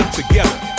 together